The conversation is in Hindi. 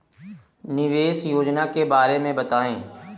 निवेश योजना के बारे में बताएँ?